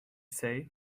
say